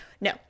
No